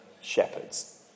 shepherds